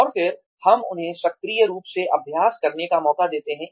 और फिर हम उन्हें सक्रिय रूप से अभ्यास करने का मौका देते हैं